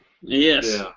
Yes